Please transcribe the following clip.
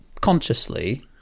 consciously